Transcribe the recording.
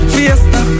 Fiesta